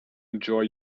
enjoy